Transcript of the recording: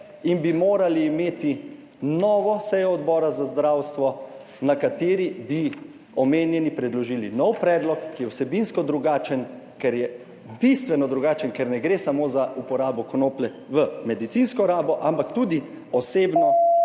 in bi morali imeti novo sejo Odbora za zdravstvo, na kateri bi omenjeni predložili nov predlog, ki je vsebinsko drugačen, ker je bistveno drugačen, ker ne gre samo za uporabo konoplje v medicinsko rabo, ampak tudi osebno